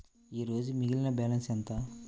ఈరోజు మిగిలిన బ్యాలెన్స్ ఎంత?